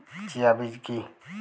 Chia বীজ কী?